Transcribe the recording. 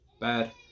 bad